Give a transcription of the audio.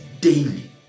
daily